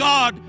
God